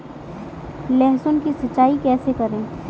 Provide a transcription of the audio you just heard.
लहसुन की सिंचाई कैसे करें?